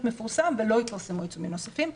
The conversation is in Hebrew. מפורסם ולא התפרסמו עיצומים נוספים.